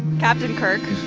captain kirk